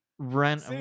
Rent